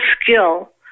skill